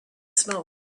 smoke